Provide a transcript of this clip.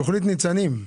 תכנית 'ניצנים',